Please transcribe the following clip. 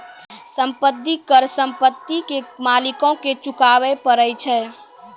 संपत्ति कर संपत्ति के मालिको के चुकाबै परै छै